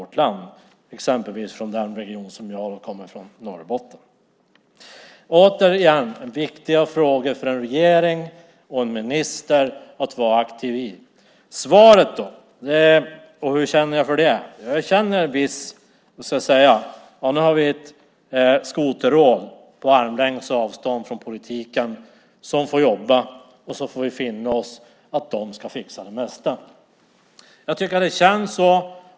Det gäller exempelvis i den region som jag kommer ifrån, nämligen Norrbotten. Det är återigen viktiga frågor för en regering och en minister att vara aktiva i. Hur känner jag för svaret? Nu har vi ett skoterråd på armlängds avstånd från politiken som får jobba, och så får vi finna oss i att det ska fixa det mesta. Det känns så.